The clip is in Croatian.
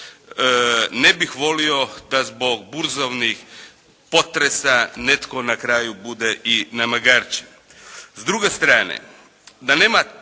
Ne bih volio da zbog burzovnih potresa netko na kraju bude i namagarčen. S druge strane, da nema